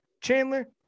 Chandler